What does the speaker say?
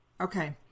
Okay